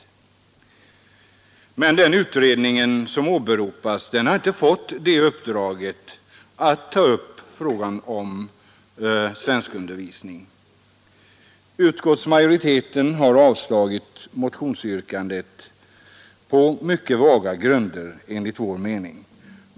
Men den utredning som åberopas har inte fått uppdraget att ta upp frågan om svenskundervisning. Utskottsmajoriteten har avstyrkt motionsyrkandet på mycket vaga grunder enligt vår mening.